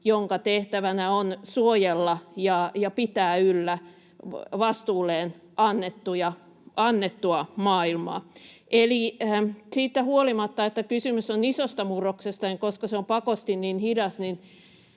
jonka tehtävänä on suojella ja pitää yllä vastuulleen annettua maailmaa. Eli siitä huolimatta, että kysymys on isosta murroksesta, niin koska se on pakosti niin hidas,